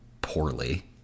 poorly